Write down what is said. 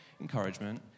encouragement